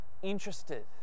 interested